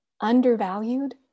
undervalued